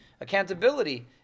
accountability